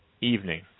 evening